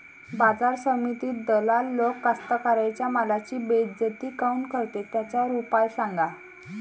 बाजार समितीत दलाल लोक कास्ताकाराच्या मालाची बेइज्जती काऊन करते? त्याच्यावर उपाव सांगा